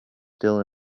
still